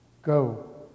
Go